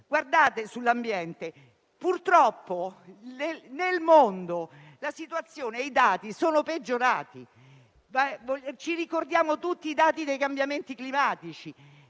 Rio de Janeiro, purtroppo nel mondo la situazione e i dati sono peggiorati. Ci ricordiamo tutti i dati dei cambiamenti climatici.